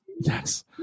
Yes